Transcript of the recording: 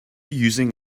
using